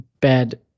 bad